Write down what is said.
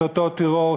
את אותו טרור,